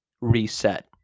reset